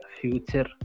future